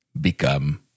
become